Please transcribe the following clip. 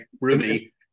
ruby